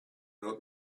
not